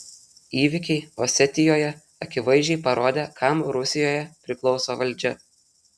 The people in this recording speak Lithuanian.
įvykiai osetijoje akivaizdžiai parodė kam rusijoje priklauso valdžia